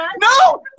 No